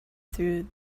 through